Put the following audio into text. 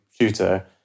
shooter